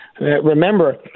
Remember